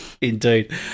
Indeed